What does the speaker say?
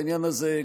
בעניין הזה,